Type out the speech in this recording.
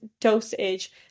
dosage